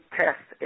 test